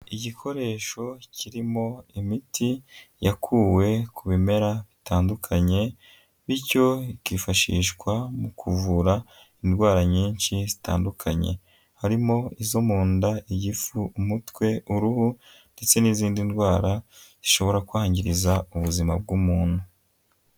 Igikoresho kirimo imiti yakuwe ku bimera bitandukanye bityo ikifashishwa mu kuvura indwara nyinshi zitandukanye, harimo izo mu nda, igifu, umutwe, uruhu ndetse n'izindi ndwara zishobora kwangiriza ubuzima bw'umuntu.